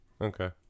Okay